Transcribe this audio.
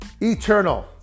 Eternal